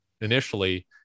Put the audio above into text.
initially